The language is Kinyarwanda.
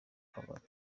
kabari